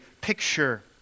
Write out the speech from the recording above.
picture